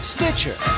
Stitcher